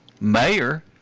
mayor